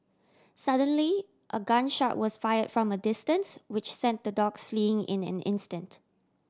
suddenly a gun shot was fire from a distance which sent the dogs fleeing in an instant